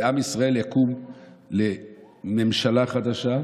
ושעם ישראל יקום לממשלה חדשה,